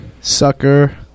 Sucker